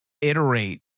iterate